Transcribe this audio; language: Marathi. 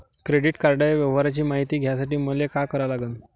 क्रेडिट कार्डाच्या व्यवहाराची मायती घ्यासाठी मले का करा लागन?